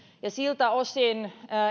siltä osin